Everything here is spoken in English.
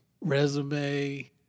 resume